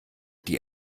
die